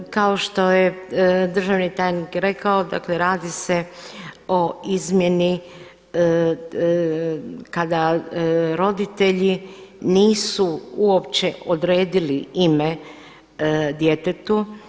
Kao što je državni tajnik rekao, dakle radi se o izmjeni kada roditelji nisu uopće odredili ime djetetu.